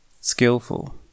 skillful